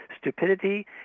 Stupidity